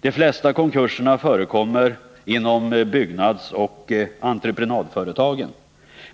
De flesta konkurserna förekommer inom byggnadsoch entreprenadföretagen.